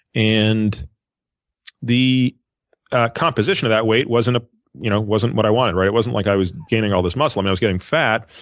and the composition of that weight wasn't ah you know wasn't what i wanted. it wasn't like i was gaining all this muscle. i was gaining fat,